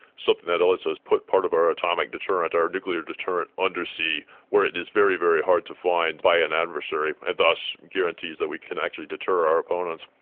something that lets us put part of our atomic deterrent, our nuclear deterrent under sea where it is very, very hard to find by an adversary, and thus guarantees that we can actually deter our opponents.